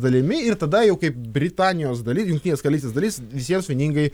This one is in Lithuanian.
dalimi ir tada jau kaip britanijos dalis jungtinės karalystės dalis visiems vieningai